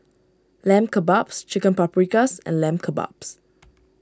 Lamb Kebabs Chicken Paprikas and Lamb Kebabs